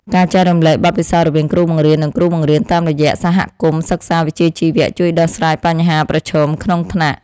ការចែករំលែកបទពិសោធន៍រវាងគ្រូបង្រៀននិងគ្រូបង្រៀនតាមរយៈសហគមន៍សិក្សាវិជ្ជាជីវៈជួយដោះស្រាយបញ្ហាប្រឈមក្នុងថ្នាក់។